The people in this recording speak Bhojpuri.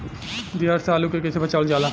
दियार से आलू के कइसे बचावल जाला?